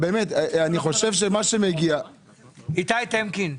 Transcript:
איתי טמקין,